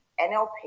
NLP